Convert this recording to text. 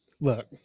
Look